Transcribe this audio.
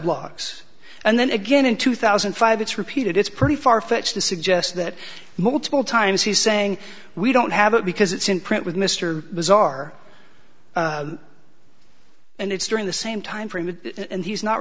logs and then again in two thousand and five it's repeated it's pretty far fetched to suggest that multiple times he's saying we don't have it because it's in print with mr bazaar and it's during the same time frame and he's not